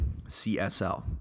CSL